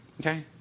Okay